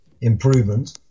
improvement